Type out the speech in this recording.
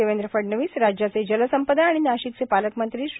देवेंद्र फडणवीस राज्याचे जलसंपदा आणि नाशिकचे पालकमंत्री श्री